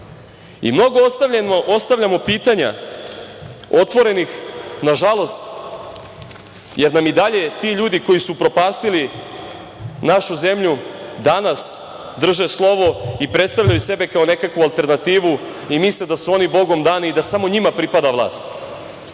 zakonom? Mnogo ostavljamo pitanja otvorenih nažalost jer nam i dalje ti ljudi koji su upropastili našu zemlju danas drže slovo i predstavljaju sebe kao nekakvu alternativu i misle da su oni Bogom dani i da samo njima pripada